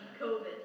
COVID